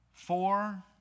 Four